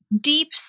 deep